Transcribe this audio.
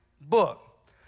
book